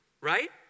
right